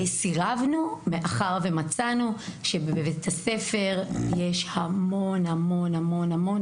סירבנו, מאחר ומצאנו שבבית הספר יש המון משאבים.